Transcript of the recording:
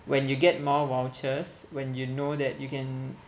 when you get more vouchers when you know that you can